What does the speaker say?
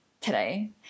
today